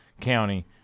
county